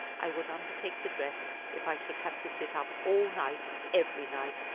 i would undertake the dress if i should have to sit up all night every night,